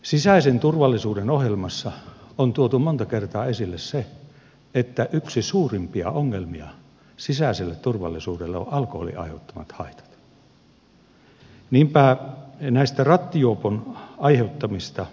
sisäisen turvallisuuden ohjelmassa on tuotu monta kertaa esille se että yksi suurimmista ongelmista sisäiselle turvallisuudelle on alkoholin aiheuttamat haitat